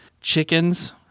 chickens